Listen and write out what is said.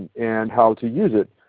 and how to use it.